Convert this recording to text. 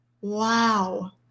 Wow